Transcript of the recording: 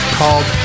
called